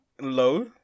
low